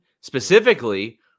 Specifically